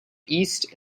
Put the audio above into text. east